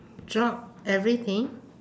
drop everything